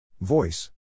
Voice